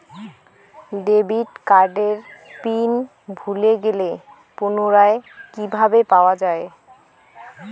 Debit কার্ডের PIN ভুলে গেলে পুনরায় কিভাবে পাওয়া য়ায়?